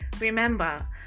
Remember